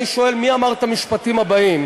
אני שואל, מי אמר את המשפטים הבאים: